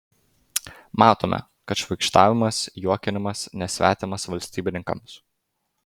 matome kad šmaikštavimas juokinimas nesvetimas valstybininkams